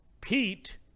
Pete